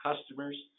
customers